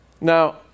Now